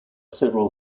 several